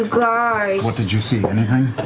what did you see, anything?